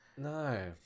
No